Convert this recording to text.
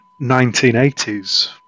1980s